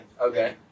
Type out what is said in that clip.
Okay